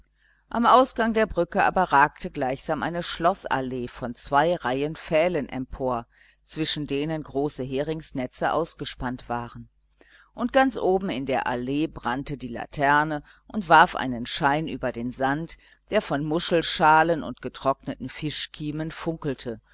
am ausgang der brücke aber ragte gleichsam eine schloßallee von zwei reihen pfählen empor zwischen denen große heringsnetze ausgespannt waren und ganz oben in der allee brannte die laterne und warf einen schein über den sand der von muschelschalen und getrockneten fischkiemen funkelte